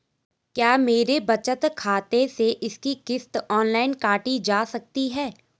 क्या मेरे बचत खाते से इसकी किश्त ऑनलाइन काटी जा सकती है?